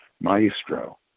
maestro